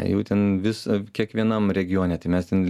jų ten vis kiekvienam regione tai mes ten